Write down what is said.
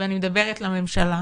ואני מדברת לממשלה